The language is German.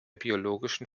biologischen